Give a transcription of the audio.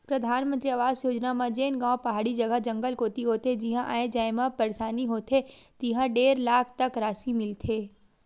परधानमंतरी आवास योजना म जेन गाँव पहाड़ी जघा, जंगल कोती होथे जिहां आए जाए म परसानी होथे तिहां डेढ़ लाख तक रासि मिलथे